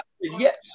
Yes